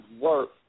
work